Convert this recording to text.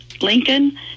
Lincoln